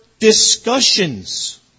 Discussions